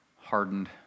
hardened